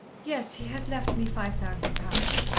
yes he has left me five thousand pounds.